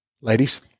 Ladies